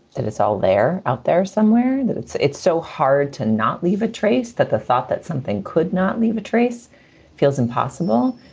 it's all there out there somewhere, that it's it's so hard to not leave a trace that the thought that something could not leave a trace feels impossible.